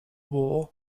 war